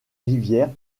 rivière